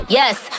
yes